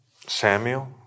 Samuel